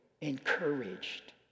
encouraged